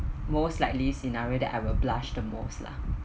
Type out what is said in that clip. most likely scenario that I will blushed the most lah